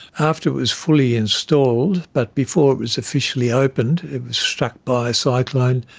after it was fully installed but before it was officially opened it was struck by so a cyclone.